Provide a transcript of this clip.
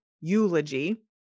Eulogy